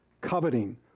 coveting